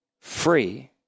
free